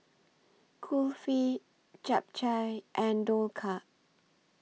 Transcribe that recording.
Kulfi Japchae and Dhokla